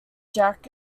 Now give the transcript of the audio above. jack